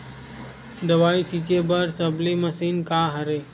दवाई छिंचे बर सबले मशीन का हरे?